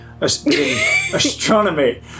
Astronomy